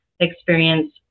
experience